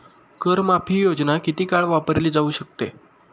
कर माफी योजना किती काळ वापरली जाऊ शकते?